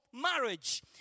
marriage